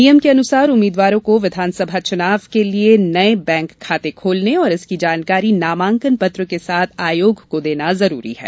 नियम के अनुसार उम्मीदवारों को विधानसभा चूनाव के लिए नये बैंक खाते खोलने और इसकी जानकारी नामांकन पत्र के साथ आयोग को देना जरूरी है